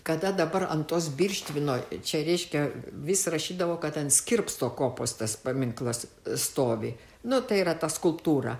kada dabar ant tos birštvino čia reiškia vis rašydavo kad ant skirpsto kopos tas paminklas stovi nu tai yra ta skulptūra